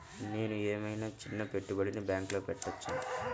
నేను ఏమయినా చిన్న పెట్టుబడిని బ్యాంక్లో పెట్టచ్చా?